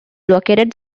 located